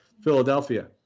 Philadelphia